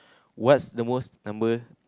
what's the most number